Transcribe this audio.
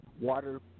water